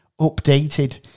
updated